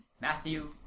Matthew